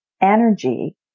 energy